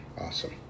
Awesome